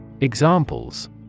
Examples